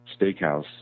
Steakhouse